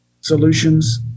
solutions